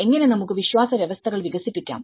എങ്ങനെ നമുക്ക് വിശ്വാസ വ്യവസ്ഥകൾ വികസിപ്പിക്കാം